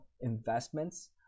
investments